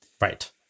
Right